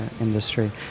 industry